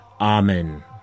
Amen